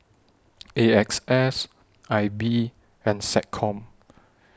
A X S I B and Seccom